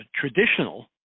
traditional